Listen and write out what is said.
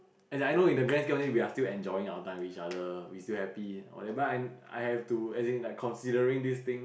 as in I know in the grand scheme of thing we're still enjoying our time with each other we still happy but I but I have to as in like considering this thing